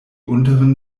unteren